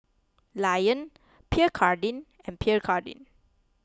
Lion Pierre Cardin and Pierre Cardin